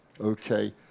okay